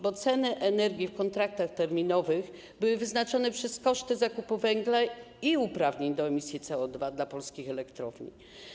Bo ceny energii w kontraktach terminowych były wyznaczane przez koszty zakupu węgla i uprawnień do emisji CO2 dla polskich elektrowni.